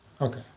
Okay